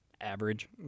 Average